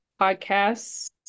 Podcasts